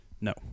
No